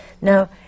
Now